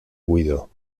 guido